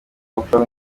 oprah